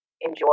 enjoy